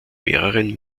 mehreren